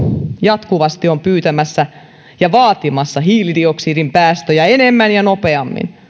jatkuvasti on pyytämässä ja vaatimassa hiilidioksidin päästöjä enemmän ja nopeammin